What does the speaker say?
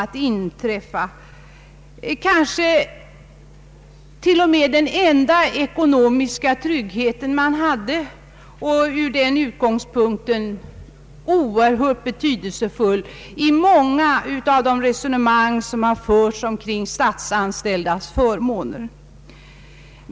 Familjepensionen har kanske till och med varit den enda ekonomiska tryggheten och därmed oerhört betydelsefull i resonemangen kring de statsanställdas förmåner.